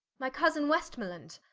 my cousin westmerland.